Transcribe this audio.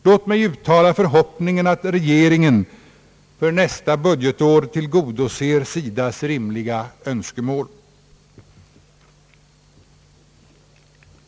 Låt mig uttala förhoppningen att regeringen för nästa budgetår tillgodoser SIDA:s rimliga önskemål.